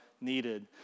needed